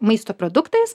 maisto produktais